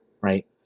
right